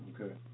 Okay